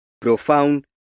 Profound